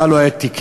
מה לא היה תקני,